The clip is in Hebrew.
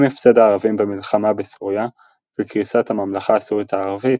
עם הפסד הערבים במלחמה בסוריה וקריסת הממלכה הסורית הערבית,